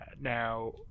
Now